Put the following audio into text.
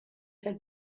had